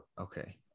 okay